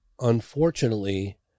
unfortunately